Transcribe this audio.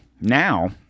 now